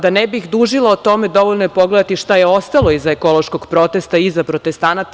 Da ne bih dužila o tome, dovoljno je pogledati šta je ostalo iza ekološkog protesta iza protestanata.